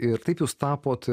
ir taip jūs tapot